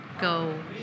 go